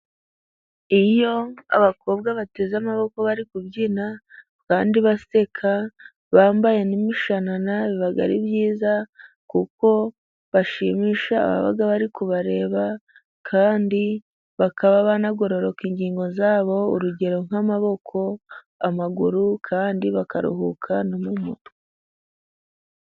Iyo abakobwa bateze amaboko bari kubyina kandi baseka, bambaye imishanana biba ari byiza, kuko bashimisha ababa bari kubareba, kandi bakaba banagororoka ingingo zabo, urugero nk'amaboko n'amaguru kandi bakaruhuka mu mutwe.